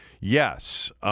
yes